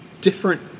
different